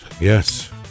yes